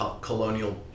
colonial